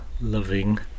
loving